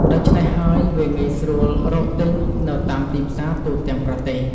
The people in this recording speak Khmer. ដូច្នេះហើយ វាងាយស្រួលរកទិញនៅតាមទីផ្សារទូទាំងប្រទេស។